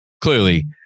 clearly